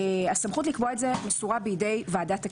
הסמכות לקבוע את זה מסורה בידי ועדת הכנסת.